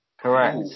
Correct